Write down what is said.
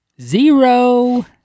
Zero